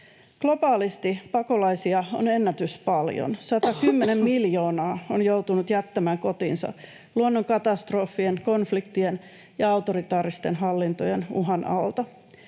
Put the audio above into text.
Globaalisti pakolaisia on ennätyspaljon. 110 miljoonaa on joutunut jättämään kotinsa luonnonkatastrofien, konfliktien ja autoritaaristen hallintojen uhan alta.